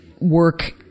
work